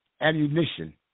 ammunition